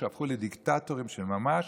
שהפכו לדיקטטורים של ממש,